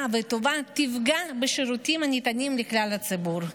וטובה יפגע בשירותים הניתנים לכלל הציבור.